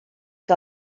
que